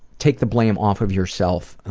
take the blame off of yourself,